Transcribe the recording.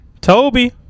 Toby